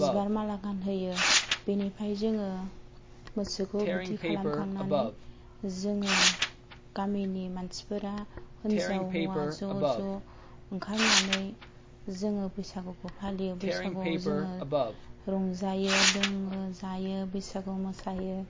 बिबार माला गानहोयो बेनिफ्राय जोङो मोसोवखौ बिदि खालामखांनानै जोङो गामिनि मानसिफोरा हिनजाव हौवा ज' ज' उंखारनानै जोङो बैसागुखौ फालियो बैसागुआव जोङो रंजायो लोङो जायो बैसागु मोसायो